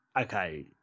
okay